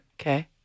Okay